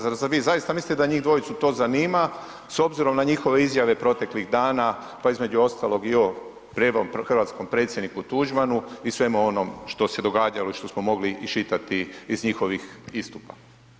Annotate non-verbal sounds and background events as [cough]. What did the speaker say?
Zar vi zaista mislite da njih dvojicu to zanima s obzirom na njihove izjave proteklih dana, pa između ostalog i ovo ... [unintelligible] hrvatskom predsjedniku Tuđmanu i svemu onom što se događalo i što smo mogli iščitati iz njihovih istupa?